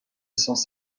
sans